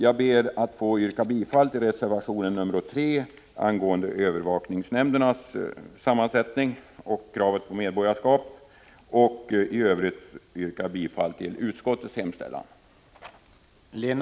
Jag ber att få yrka bifall till reservation 3 angående övervakningsnämndernas sammansättning och kravet på medborgarskap samt i övrigt till utskottets hemställan.